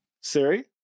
Siri